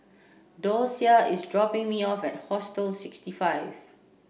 Dosia is dropping me off at Hostel sixty five